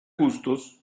justos